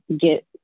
get